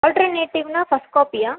ஆல்ட்டர்னேட்டிவ்னால் first காப்பியா